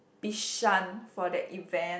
Bishan for that event